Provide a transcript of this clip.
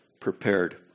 prepared